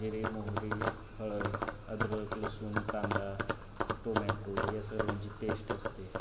जिरे मोहरी हळद अद्रक लसूण कांदा टोमॅटो या सर्वांची पेस्ट असते